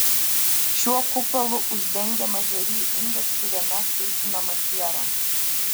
šiuo kupolu uždengiamas žarijų indas kuriame kaitinama siera